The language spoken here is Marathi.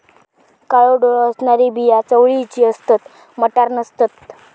काळो डोळो असणारी बिया चवळीची असतत, मटार नसतत